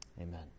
amen